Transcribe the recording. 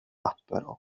áspero